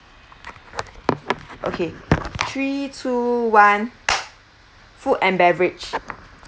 okay three two one food and beverage